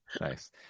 Nice